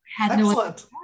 Excellent